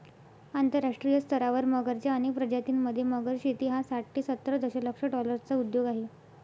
आंतरराष्ट्रीय स्तरावर मगरच्या अनेक प्रजातीं मध्ये, मगर शेती हा साठ ते सत्तर दशलक्ष डॉलर्सचा उद्योग आहे